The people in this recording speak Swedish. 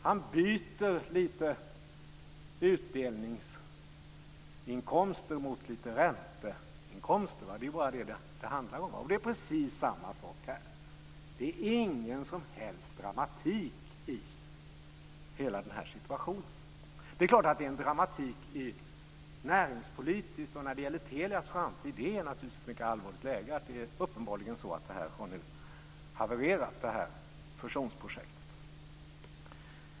Han byter lite utdelningsinkomster mot lite ränteinkomster; det är ju bara det som det handlar om. Det är precis samma sak här. Det är ingen som helst dramatik i hela den här situationen. Det är klart att det är dramatik näringspolitiskt och när det gäller Telias framtid. Det är naturligtvis ett mycket allvarligt läge att det här fusionsprojektet nu uppenbarligen har havererat.